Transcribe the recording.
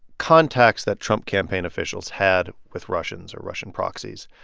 contacts that trump campaign officials had with russians or russian proxies,